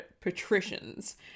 patricians